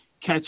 catch